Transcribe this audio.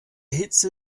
hitze